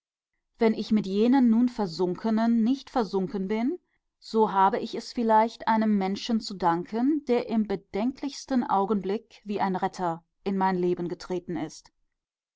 wenn ich mit jenen nun versunkenen nicht versunken bin so habe ich es vielleicht einem menschen zu danken der im bedenklichsten augenblick wie ein retter in mein leben getreten ist